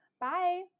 Bye